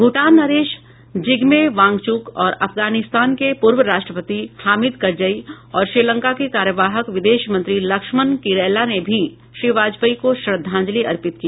भूटान नरेश जिग्मे वांगचुक और अफगानिस्तान के पूर्व राष्ट्रपति हामिद करजई और श्रीलंका के कार्यवाहक विदेश मंत्री लक्ष्मण किरैला ने भी श्री वाजपेयी को श्रद्धांजलि अर्पित की